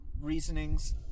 reasonings